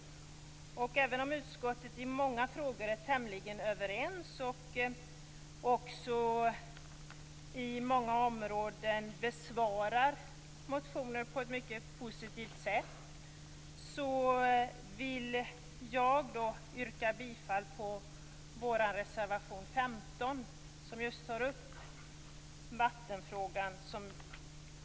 Även om utskottet i många frågor är tämligen överens och besvarar motioner inom många områden på ett mycket positivt sätt, vill jag yrka bifall till reservation 15 som just tar upp vattenfrågan.